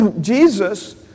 Jesus